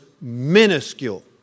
minuscule